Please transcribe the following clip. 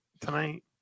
tonight